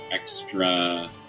extra